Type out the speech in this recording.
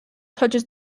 touches